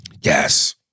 Yes